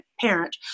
parent